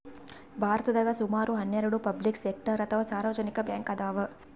ಭಾರತದಾಗ್ ಸುಮಾರ್ ಹನ್ನೆರಡ್ ಪಬ್ಲಿಕ್ ಸೆಕ್ಟರ್ ಅಥವಾ ಸಾರ್ವಜನಿಕ್ ಬ್ಯಾಂಕ್ ಅದಾವ್